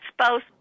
spouse